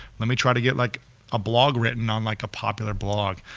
let me try to get like a blog written on like a popular blog,